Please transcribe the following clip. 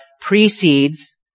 precedes